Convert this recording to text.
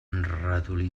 ratolí